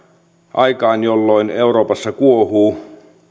aikaan jolloin euroopassa kuohuu